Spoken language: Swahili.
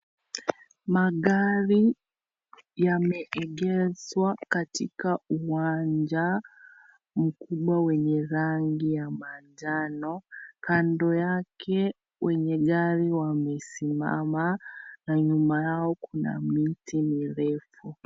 Magari yameegeshwa katika uwanja, mkubwa wenye rangi ya manjano. Kando yake wenye magari wamesimama na nyuma yao kuna miti mirefu.